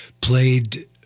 played